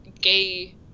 gay